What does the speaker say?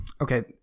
okay